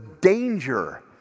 danger